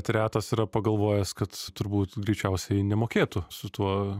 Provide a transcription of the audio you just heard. tai retas yra pagalvojęs kad turbūt greičiausiai nemokėtų su tuo